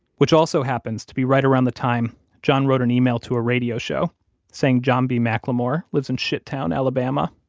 which also happens to be right around the time john wrote an email to a radio show saying john b. mclemore lives in shittown, alabama.